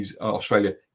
Australia